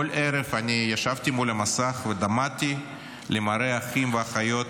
כל ערב ישבתי מול המסך ודמעתי למראה האחים והאחיות